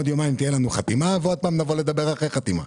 עוד יומיים תהיה לנו חתימה ועוד פעם נבוא לדבר אחרי החתימה.